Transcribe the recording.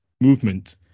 movement